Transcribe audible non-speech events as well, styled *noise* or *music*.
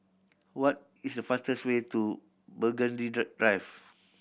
what is the fastest way to Burgundy *unintelligible* Drive